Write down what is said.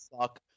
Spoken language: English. suck